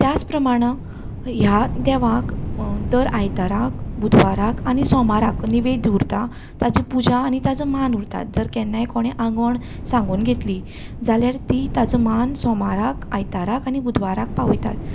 त्याच प्रमाणा ह्या देवाक दर आयताराक बुधवाराक आनी सोमाराक नेवेद्द उरता ताची पुजा आनी ताचो मान उरता जर केन्नाय कोणें आंगवण सांगून घेतली जाल्यार ती ताचो मान सोमाराक आयताराक आनी बुधवाराक पावयतात